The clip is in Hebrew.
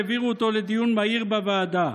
והעבירו אותו לדיון מהיר בוועדה.